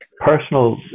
personal